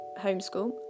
homeschool